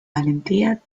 valentía